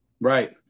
Right